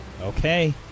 Okay